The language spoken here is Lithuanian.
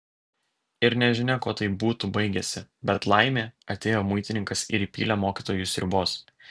ir nežinia kuo tai būtų baigęsi bet laimė atėjo muitininkas ir įpylė mokytojui sriubos